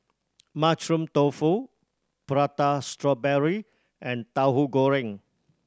Mushroom Tofu Prata Strawberry and Tahu Goreng